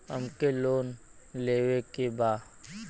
हमके लोन लेवे के बा?